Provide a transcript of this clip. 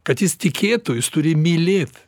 kad jis tikėtų jis turi mylėt